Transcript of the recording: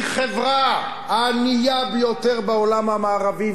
היא החברה הענייה ביותר בעולם המערבי,